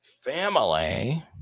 family